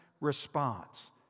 response